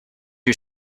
you